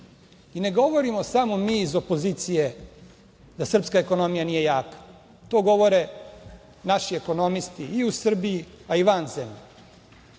govorimo samo mi iz opozicije da srpska ekonomija nije jaka, to govore naši ekonomisti i u Srbiji, a i van